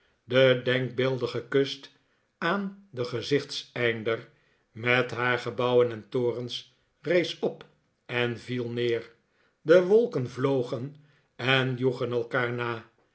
de denkbeeldige kust aan den gezichtseinder met haar gebouwen en torens rees op en viel neer de wolken vlogen en joegen elkaar na